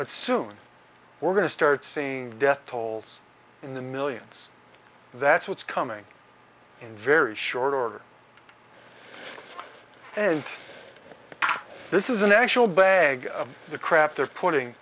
but soon we're going to start seeing the death tolls in the millions that's what's coming in very short order and this is an actual bag of the crap they're putting